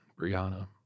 Brianna